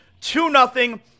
Two-nothing